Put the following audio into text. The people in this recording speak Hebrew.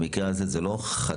במקרה הזה היא לא חד-פעמית.